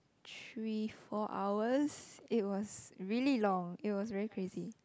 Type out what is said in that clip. three four hours it was really long it was very crazy